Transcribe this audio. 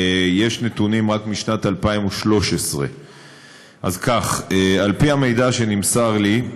יש נתונים רק משנת 2013. אז כך: על פי המידע שנמסר לי,